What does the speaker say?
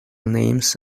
names